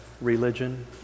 religion